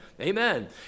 Amen